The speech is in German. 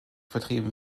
vertrieben